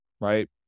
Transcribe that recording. right